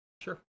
Sure